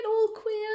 all-queer